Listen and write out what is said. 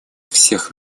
всех